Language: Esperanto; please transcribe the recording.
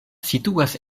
situas